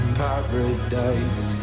paradise